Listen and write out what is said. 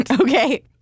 Okay